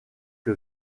que